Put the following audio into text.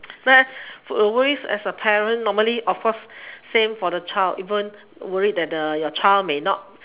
first worry as a parent normally of course same for the child even worried that your child may not